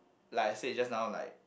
like I said just now like